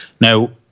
Now